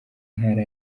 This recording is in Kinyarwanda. ntara